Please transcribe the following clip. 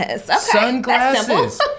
Sunglasses